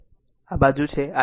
આ બાજુ છે i